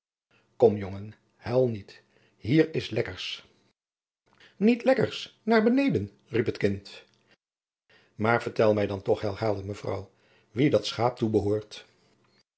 kom jongen huil niet hier is lekkers niet lekkers naar beneden riep het kind maar vertel mij dan toch herhaalde mevrouw wien dat schaap toebehoort